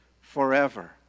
forever